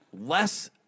less